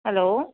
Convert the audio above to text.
hello